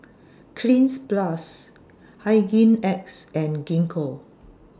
Cleanz Plus Hygin X and Gingko